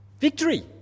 victory